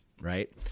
Right